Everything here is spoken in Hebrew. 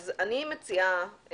אני מציעה,